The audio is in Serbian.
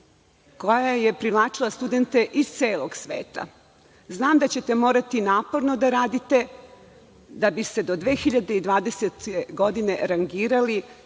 koji je privlačio studente iz celog sveta. Znam da ćete morati naporno da radite da bi se do 2020. godine rangirali